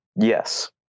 Yes